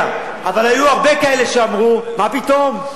אבל היו הרבה כאלה שאמרו: מה פתאום?